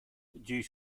due